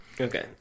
okay